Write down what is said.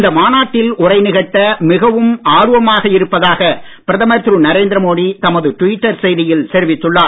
இந்த மாநாட்டில் உரை நிகழ்த்த மிகவும் ஆர்வமாக இருப்பதாக பிரதமர் திரு நரேந்திர மோடி தமது டுவிட்டர் செய்தியில் தெரிவித்துள்ளார்